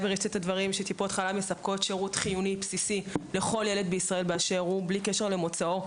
טיפות החלב מספקות שירות חיוני ובסיסי לכל ילד בישראל בלי קשר למוצאו,